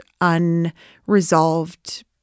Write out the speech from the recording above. unresolved